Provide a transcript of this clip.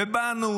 ובאנו